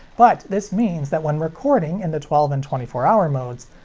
but, this means that when recording in the twelve and twenty four hour modes,